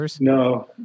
No